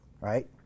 right